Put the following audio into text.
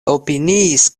opiniis